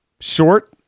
short